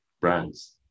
brands